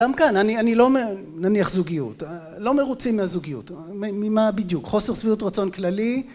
גם כאן אני לא נניח זוגיות, לא מרוצים מהזוגיות, ממה בדיוק? חוסר סבירות רצון כללי